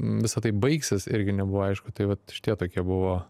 visa tai baigsis irgi nebuvo aišku tai vat šitie tokie buvo